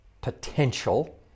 potential